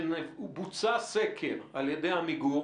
שבוצע סקר על ידי עמיגור